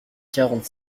quarante